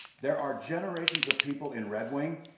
there are generations of people in red wing,